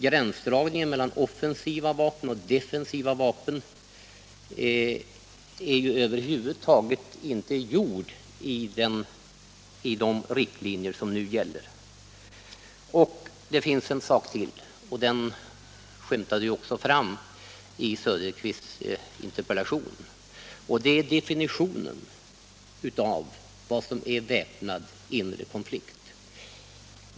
Gränsdragningen mellan offensiva vapen och defensiva vapen är över huvud taget inte gjord i de riktlinjer som nu gäller. Det finns en sak till — och den skymtade också fram i herr Söderqvists interpellation — nämligen definitionen av vad som är väpnad inre konflikt.